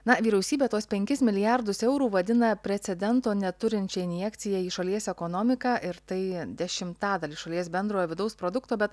na vyriausybė tuos penkis milijardus eurų vadina precedento neturinčia injekcija į šalies ekonomiką ir tai dešimtadalis šalies bendrojo vidaus produkto bet